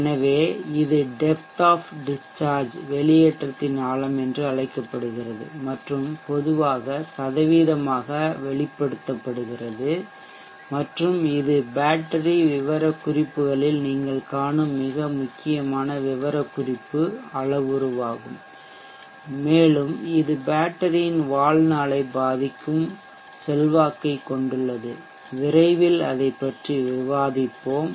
எனவே இது depth of discharge வெளியேற்றத்தின் ஆழம் என்று அழைக்கப்படுகிறது மற்றும் பொதுவாக சதவீதமாக வெளிப்படுத்தப்படுகிறது மற்றும் இது பேட்டரி விவரக்குறிப்புகளில் நீங்கள் காணும் மிக முக்கியமான விவரக்குறிப்பு அளவுருவாகும் மேலும் இது பேட்டரியின் வாழ்நாளை பாதிக்கும் செல்வாக்கைக் கொண்டுள்ளது விரைவில் அதைப் பற்றி விவாதிப்போம்